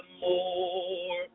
more